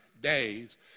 days